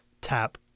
tap